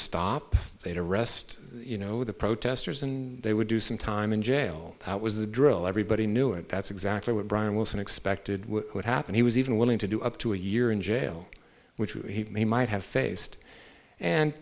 stop they'd arrest you know the protesters and they would do some time in jail that was the drill everybody knew it that's exactly what brian wilson expected would happen he was even willing to do up to a year in jail which he might have faced and